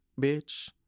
bitch